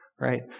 Right